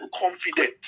confident